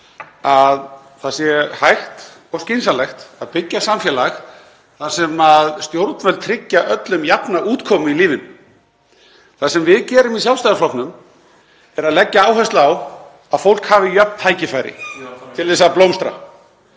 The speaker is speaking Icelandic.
að það sé hægt og skynsamlegt að byggja samfélag þar sem stjórnvöld tryggja öllum jafna útkomu í lífinu. Það sem við gerum í Sjálfstæðisflokknum er að leggja áherslu á að fólk hafi jöfn tækifæri (Gripið fram